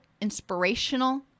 inspirational